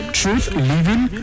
truth-living